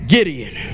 Gideon